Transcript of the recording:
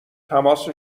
تماس